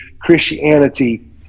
Christianity